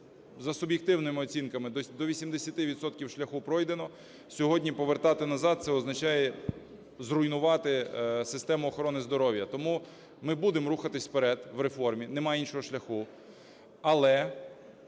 За суб'єктивними оцінками, до 80 відсотків шляху пройдено, сьогодні повертати назад – це означає зруйнувати систему охорони здоров'я. Тому ми будемо рухатися вперед в реформі, нема іншого шляху. Але,